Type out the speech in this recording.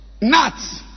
nuts